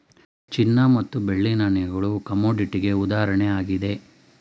ಚಿನ್ನ ಮತ್ತು ಬೆಳ್ಳಿ ನಾಣ್ಯಗಳು ಕಮೋಡಿಟಿಗೆ ಉದಾಹರಣೆಯಾಗಿದೆ